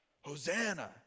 Hosanna